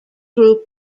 group